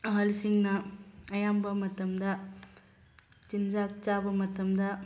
ꯑꯍꯜꯁꯤꯡꯅ ꯑꯌꯥꯝꯕ ꯃꯇꯝꯗ ꯆꯤꯟꯖꯥꯛ ꯆꯥꯕ ꯃꯇꯝꯗ